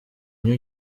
new